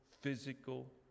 physical